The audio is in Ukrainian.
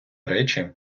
речі